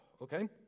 Okay